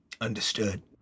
Understood